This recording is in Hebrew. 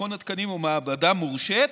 במכון התקנים או במעבדה מורשית,